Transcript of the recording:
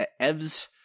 EVs